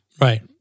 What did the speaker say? Right